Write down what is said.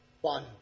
one